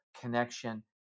connection